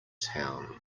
town